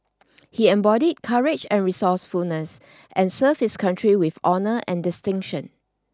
he embodied courage and resourcefulness and serves his country with honour and distinction